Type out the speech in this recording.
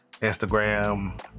Instagram